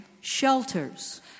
Shelters